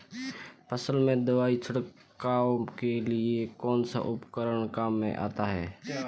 फसल में दवाई छिड़काव के लिए कौनसा उपकरण काम में आता है?